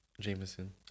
Jameson